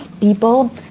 people